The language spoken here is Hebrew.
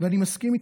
ואני מסכים איתך.